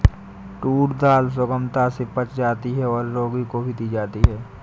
tour दाल सुगमता से पच जाती है और रोगी को भी दी जाती है